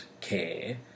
care